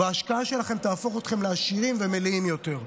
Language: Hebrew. וההשקעה שלכם תהפוך אתכם לעשירים ומלאים יותר.